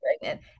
pregnant